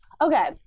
okay